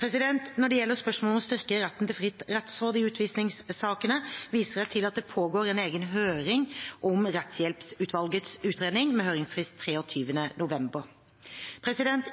Når det gjelder spørsmålet om å styrke retten til fritt rettsråd i utvisningssakene, viser jeg til at det pågår en egen høring om rettshjelpsutvalgets utredning, med høringsfrist 23. november.